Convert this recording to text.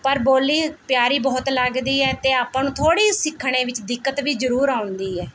ਪਰ ਬੋਲੀ ਪਿਆਰੀ ਬਹੁਤ ਲੱਗਦੀ ਹੈ ਅਤੇ ਆਪਾਂ ਨੂੰ ਥੋੜ੍ਹੀ ਸਿੱਖਣੇ ਵਿੱਚ ਦਿੱਕਤ ਵੀ ਜ਼ਰੂਰ ਆਉਂਦੀ ਹੈ